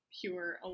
pure